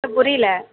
sir புரியல